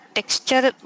texture